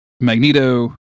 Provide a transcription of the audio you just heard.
Magneto